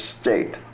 state